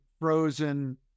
frozen